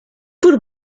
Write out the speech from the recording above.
por